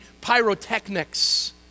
pyrotechnics